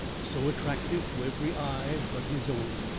so attractive to every eye but his own.